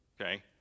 Okay